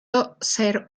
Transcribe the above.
ocho